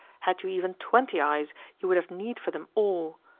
had you even twenty eyes, you would have need for them all.